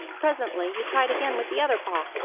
presently he tried again with the other paw.